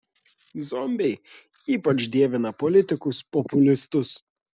zombiai ypač dievina politikus populistus